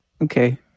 Okay